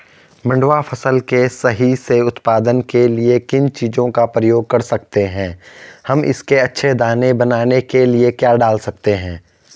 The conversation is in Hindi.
मंडुवा फसल के सही से उत्पादन के लिए किन चीज़ों का प्रयोग कर सकते हैं हम इसके अच्छे दाने बनाने के लिए क्या डाल सकते हैं?